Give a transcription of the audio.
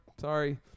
sorry